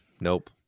Nope